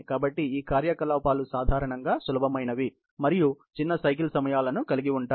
కాబట్టి ఈ కార్యకలాపాలు సాధారణంగా సులభమైనవి మరియు చిన్న సైకిల్ సమయాలను కలిగి ఉంటాయి